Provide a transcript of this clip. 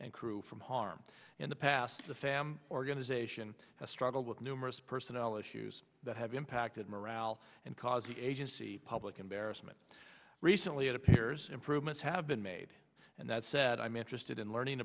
and crew from harm in the past the fam organization has struggled with numerous personnel issues that have impacted morale and cause the agency public embarrassment recently it appears improvements have been made and that said i'm interested in learning